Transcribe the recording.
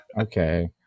Okay